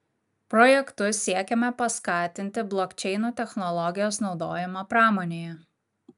projektu siekiama paskatinti blokčeinų technologijos naudojimą pramonėje